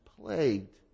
plagued